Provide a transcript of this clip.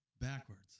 Backwards